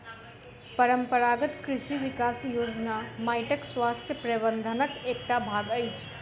परंपरागत कृषि विकास योजना माइटक स्वास्थ्य प्रबंधनक एकटा भाग अछि